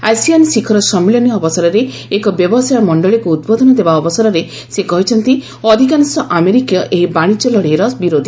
ASEAN ଶିଖର ସମ୍ମିଳନୀ ଅବସରରେ ଏକ ବ୍ୟବସାୟ ମଣ୍ଡଳୀକ୍ର ଉଦ୍ବୋଧନ ଦେବା ଅବସରରେ ସେ କହିଛନ୍ତି ଅଧିକାଂଶ ଆମେରିକୀୟ ଏହି ବାଣିଜ୍ୟ ଲଢ଼େଇର ବିରୋଧ